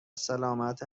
سلامت